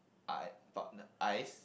uh ice